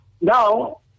Now